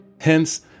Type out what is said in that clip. Hence